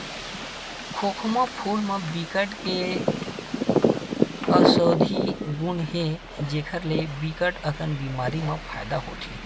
खोखमा फूल म बिकट के अउसधी गुन हे जेखर ले बिकट अकन बेमारी म फायदा होथे